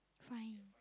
fine